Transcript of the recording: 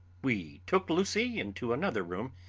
we took lucy into another room,